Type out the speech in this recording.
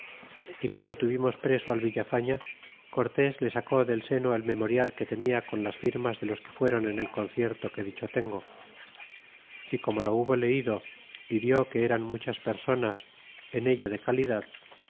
y guando tuvimos preso al villafaña cortés le sacó del seno el memorial que tenia con las firmas de los que fuéron en el concierto que dicho tengo y como lo hubo leido y vió que eran muchas personas en ello de calidad